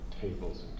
tables